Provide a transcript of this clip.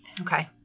Okay